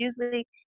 Usually